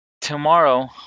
Tomorrow